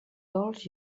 dolç